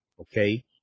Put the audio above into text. Okay